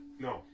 no